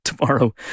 tomorrow